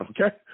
okay